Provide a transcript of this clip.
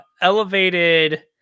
elevated